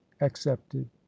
accepted